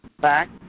back